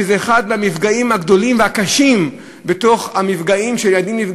זה אחד מהמפגעים הגדולים והקשים בין המפגעים של ילדים,